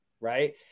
Right